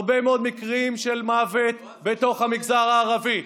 הרבה מאוד מקרים של מוות בתוך המגזר הערבי,